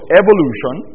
evolution